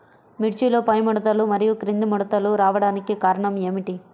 మిర్చిలో పైముడతలు మరియు క్రింది ముడతలు రావడానికి కారణం ఏమిటి?